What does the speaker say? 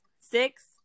six